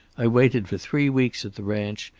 i waited for three weeks at the ranch,